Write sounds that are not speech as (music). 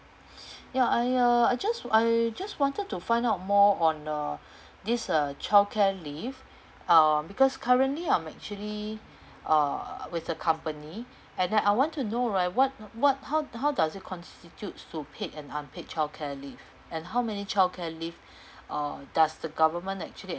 (noise) ya I uh I just I just wanted to find out more on uh this uh childcare leave uh because currently I'm actually uh with the company and then I want to know right what what how how does it constitutes to paid and unpaid childcare leave and how many childcare leave uh does the government actually